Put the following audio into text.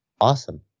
awesome